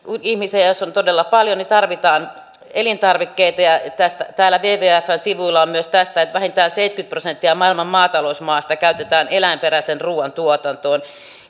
niin että jos ihmisiä on todella paljon niin tarvitaan elintarvikkeita ja täällä wwfn sivuilla on myös tästä että vähintään seitsemänkymmentä prosenttia maailman maatalousmaasta käytetään eläinperäisen ruuan tuotantoon